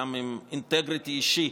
עם אינטגריטי אישי,